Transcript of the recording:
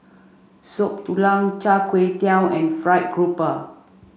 Soup Tulang Char Kway Teow and Fried Grouper